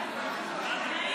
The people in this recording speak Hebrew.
הסתכלתי עליו.